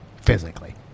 physically